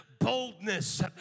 boldness